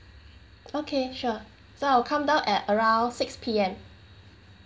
okay sure so I will come down at around six P_M